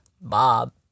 Bob